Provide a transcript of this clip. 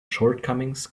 shortcomings